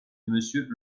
monsieur